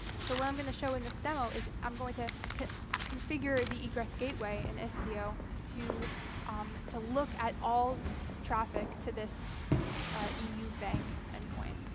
so what i'm going to show in this demo is i'm going to configure the egress gateway in istio to um to look at all traffic to this eu bank endpoint.